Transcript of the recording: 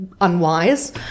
unwise